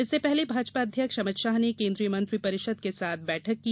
इससे पहले भाजपा अध्यक्ष अमित शाह ने केंद्रीय मंत्री परिषद के साथ बैठक की